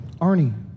Arnie